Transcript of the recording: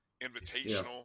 Invitational